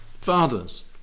fathers